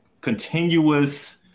continuous